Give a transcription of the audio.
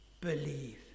believe